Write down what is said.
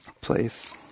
place